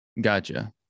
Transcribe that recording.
gotcha